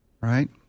Right